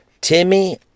Timmy